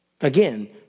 Again